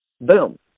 boom